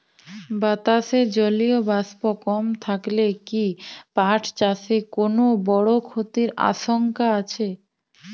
বাতাসে জলীয় বাষ্প কম থাকলে কি পাট চাষে কোনো বড় ক্ষতির আশঙ্কা আছে?